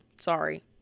sorry